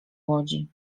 łodzi